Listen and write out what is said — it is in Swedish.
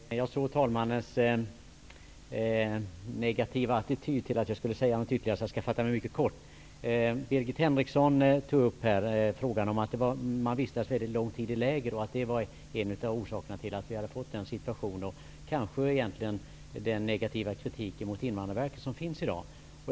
Herr talman! Jag såg talmannens negativa attityd till att jag skulle säga något ytterligare, så jag skall fatta mig mycket kort. Birgit Henriksson tog här upp det faktum att de asylsökande vistas väldigt lång tid i läger och sade att det var en av orsakerna till att vi hade fått den situation vi har i dag och den negativa kritik som i dag förekommer mot Invandrarverket.